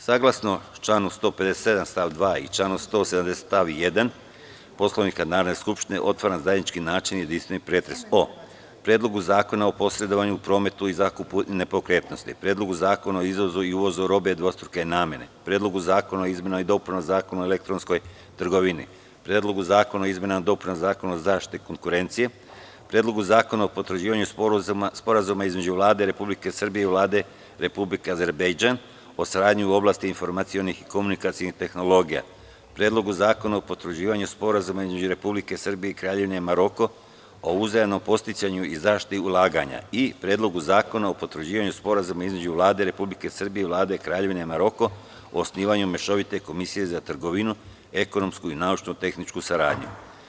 Saglasno članu 157. stav 2. i članu 170. stav 1. Poslovnika Narodne skupštine otvaram zajednički načelni jedinstveni pretres o Predlogu zakona o posredovanju u prometu i zakupu nepokretnosti; Predlogu zakona o izvozu i uvozu robe dvostruke namene; Predlogu zakona o izmenama i dopunama Zakona o elektronskoj trgovini; Predlogu zakona o izmenama i dopunama Zakona o zaštiti konkurencije; Predlogu zakona o potvrđivanju Sporazuma između Vlade Republike Srbije i Vlade Republike Azerbejdžan o saradnji u oblasti informacionih i komunikacionih tehnologija; Predlogu zakona o potvrđivanju Sporazuma između Republike Srbije i Kraljevine Maroko o uzajamnom podsticanju i zaštiti ulaganja i Predlogu zakona o potvrđivanju Sporazuma između Vlade Republike Srbije i Vlade Kraljevine Maroko o osnivanju mešovite komisije za trgovinu, ekonomsku i naučno-tehničku saradnju.